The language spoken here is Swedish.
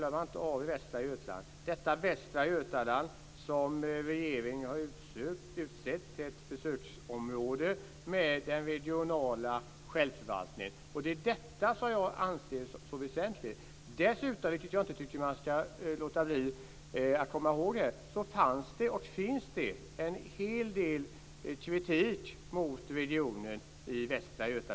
Regeringen har utsett Västra Götaland till försöksområde med den regionala självförvaltningen. Det anser jag vara väsentligt. Dessutom ska man komma ihåg att det fanns, och finns, en hel del kritik mot regionen.